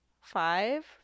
five